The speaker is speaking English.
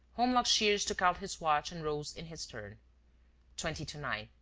holmlock shears took out his watch and rose in his turn twenty to nine.